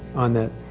on that.